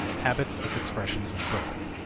habits as expressions of growth.